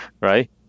right